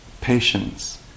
patience